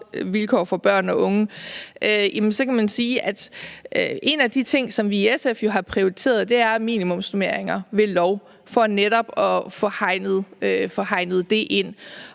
vilkår for børn og unge, så kan man sige, at en af de ting, som vi i SF jo har prioriteret, er minimumsnormeringer ved lov for netop at få hegnet det ind.